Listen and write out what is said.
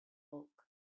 bulk